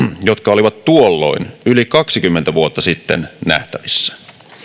jotka olivat tuolloin yli kaksikymmentä vuotta sitten nähtävissä